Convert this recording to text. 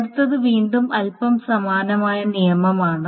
അടുത്തത് വീണ്ടും അല്പം സമാനമായ നിയമമാണ്